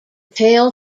tale